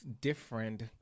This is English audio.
different